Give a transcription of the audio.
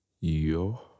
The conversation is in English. Yo